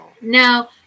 Now